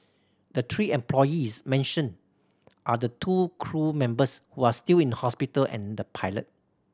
the three employees mentioned are the two crew members who are still in hospital and the pilot